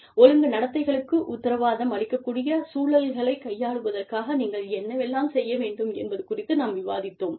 ஒழுங்கு நடத்தைகளுக்கு உத்திரவாதம் அளிக்கக் கூடிய சூழல்களை கையாளுவதற்காக நீங்கள் என்னவெல்லாம் செய்ய வேண்டும் என்பது குறித்து நாம் விவாதித்தோம்